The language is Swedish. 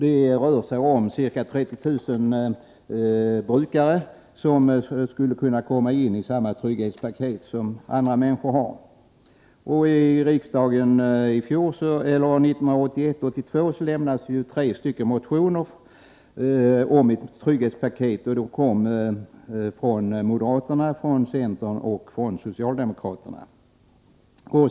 Det rör sig om ca 30 000 brukare, som skulle kunna komma in i samma slags trygghetspaket som andra människor har. Till 1981/82 års riksdag lämnades tre motioner om ett trygghetspaket. De kom från moderaterna, centern och socialdemokraterna.